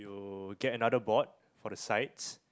will get another board for the sides